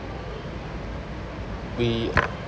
we